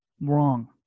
wrong